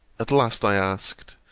at last, i asked,